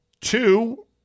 Two